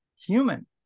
human